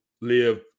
live